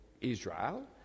Israel